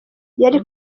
yari